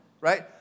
right